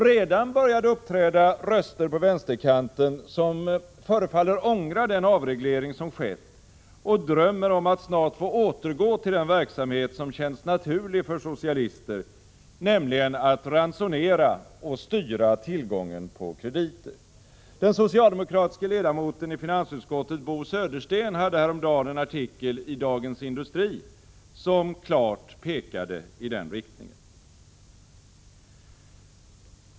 Redan börjar det på vänsterkanten uppträda röster, som förefaller ångra den avreglering som skett och drömmer om att snart få återgå till den verksamhet som känns naturlig för socialister, nämligen att ransonera och styra tillgången på krediter. Den socialdemokratiske ledamoten i finansutskottet, Bo Södersten, hade häromdagen skrivit en artikel i Dagens Industri, som klart pekar i den riktningen.